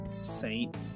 Saint